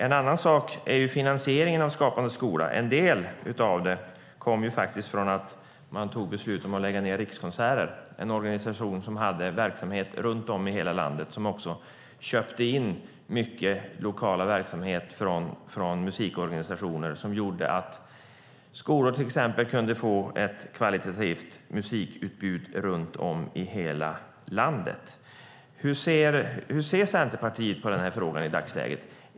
En annan sak är finansieringen av Skapande skola. En del av det kom ju faktiskt från att man tog beslut om att lägga ned Rikskonserter, en organisation som hade verksamhet runt om i hela landet och som också köpte in mycket lokal verksamhet från musikorganisationer, vilket gjorde att till exempel skolor kunde få ett kvalitativt musikutbud runt om i hela landet. Hur ser Centerpartiet på den här frågan i dagsläget?